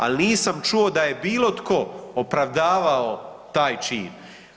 Ali nisam čuo da je bilo tko opravdavao taj čin.